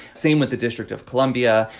same with the district of columbia.